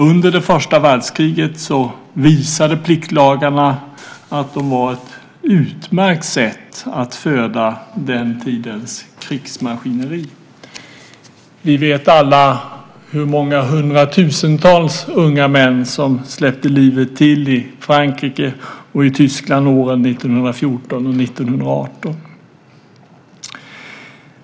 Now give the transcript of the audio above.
Under första världskriget visade pliktlagarna att de var ett utmärkt sätt att föda den tidens krigsmaskineri. Vi vet alla hur många hundratusentals unga män som släppte livet till i Frankrike och i Tyskland åren 1914-1918.